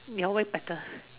your way better